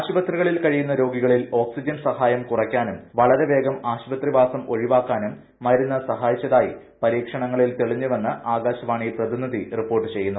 ആശുപത്രികളിൽ കഴിയുന്ന രോഗികളിൽ ഓക്സിജൻ സഹായം കുറയ്ക്കാനും വളരെവേഗം ആശുപത്രിവാസം ഒഴിവാക്കാനും മരുന്ന് സഹായിച്ചതായി പരീക്ഷണങ്ങളിൽ തെളിഞ്ഞുവെന്ന് ആകാശവാണി പ്രതിനിധി റിപ്പോർട്ട് ചെയ്യുന്നു